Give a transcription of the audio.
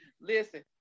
listen